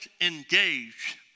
engage